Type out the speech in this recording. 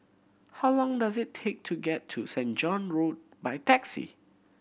how long does it take to get to Saint John Road by taxi